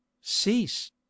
cease